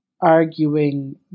arguing